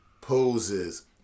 poses